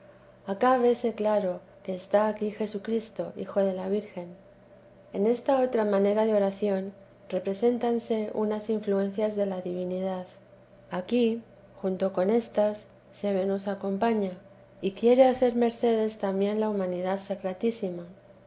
acá vese claro que está aquí jesucristo hijo de la virgen en esta otra manera de oración represéntanse unas influencias de la divinidad aquí junto con éstas se ve nos acompaña y quiere hacer mercedes también la humanidad sacratísima